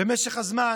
במשך הזמן